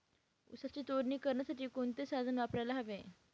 ऊसाची तोडणी करण्यासाठी कोणते साधन वापरायला हवे?